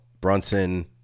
Brunson